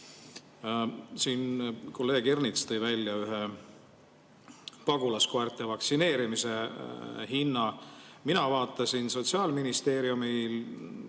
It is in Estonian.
Siin kolleeg Ernits tõi välja pagulaskoerte vaktsineerimise hinna. Mina vaatasin Sotsiaalministeeriumi